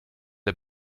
der